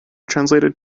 translated